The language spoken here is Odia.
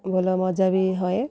ଭଲ ମଜା ବି ହୁଏ